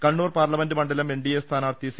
Kannur parliament മണ്ഡലം NDA സ്ഥാനാർഥി C